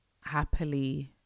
happily